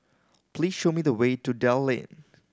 please show me the way to Dell Lane